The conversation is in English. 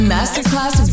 Masterclass